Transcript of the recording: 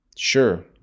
Sure